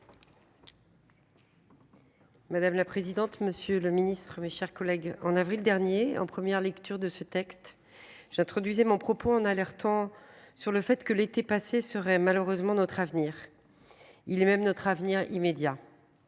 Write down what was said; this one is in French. Madame la présidente. Monsieur le Ministre, mes chers collègues, en avril dernier en première lecture de ce texte j'introduisait mon propos en alertant sur le fait que l'été passé serait malheureusement notre avenir. Il est même notre avenir immédiat.